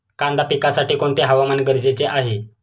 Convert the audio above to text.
कांदा पिकासाठी कोणते हवामान गरजेचे आहे?